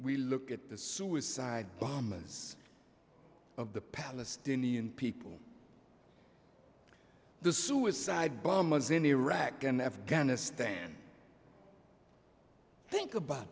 we look at the suicide bombers of the palestinian people the suicide bombers in iraq and afghanistan think about